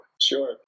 Sure